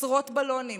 עשרות בלונים,